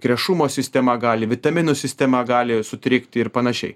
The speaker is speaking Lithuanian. krešumo sistema gali vitaminų sistema gali sutrikti ir panašiai